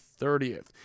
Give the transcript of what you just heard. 30th